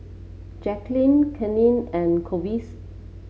Jacquelynn Kaitlyn and Clovis